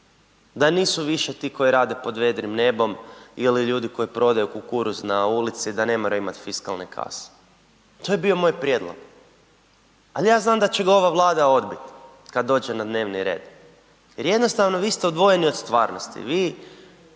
a nisu više ti koji rade pod vedrim nebom ili ljudi koji prodaju kukuruz na ulici da ne moraju imati fiskalne kase, to je bio moj prijedlog, ali ja znam da će ga ova Vlada odbit kad dođe na dnevni red, jer jednostavno vi ste odvojeni od stvarnosti,